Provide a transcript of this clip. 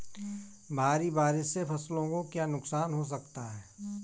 भारी बारिश से फसलों को क्या नुकसान हो सकता है?